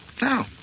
No